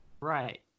Right